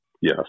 Yes